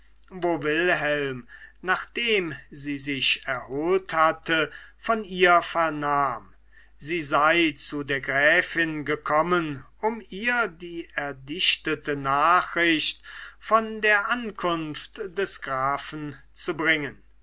nachdem sie sich erholt hatte von ihr vernahm sie sei zu der gräfin gekommen um ihr die erdichtete nachricht von der ankunft des grafen zu bringen